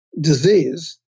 disease